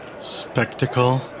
spectacle